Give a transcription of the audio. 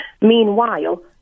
meanwhile